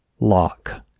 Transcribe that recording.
lock